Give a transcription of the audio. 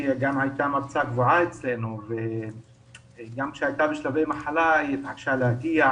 היא גם הייתה מרצה קבועה אצלנו וגם כשהייתה בשלבי מחלה היא התעקשה להגיע